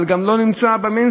אבל זה גם לא נמצא ב"מיינסטרים",